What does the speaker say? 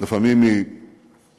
לפעמים היא תזזנית,